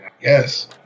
Yes